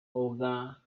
olga